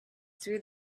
through